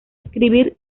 escribir